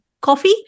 coffee